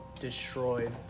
destroyed